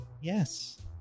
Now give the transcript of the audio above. Yes